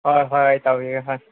ꯍꯣꯏ ꯍꯣꯏ ꯇꯧꯕꯤꯒꯦ ꯍꯣꯏ